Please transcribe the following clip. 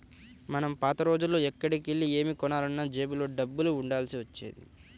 మనం పాత రోజుల్లో ఎక్కడికెళ్ళి ఏమి కొనాలన్నా జేబులో డబ్బులు ఉండాల్సి వచ్చేది